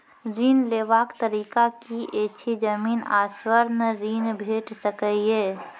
ऋण लेवाक तरीका की ऐछि? जमीन आ स्वर्ण ऋण भेट सकै ये?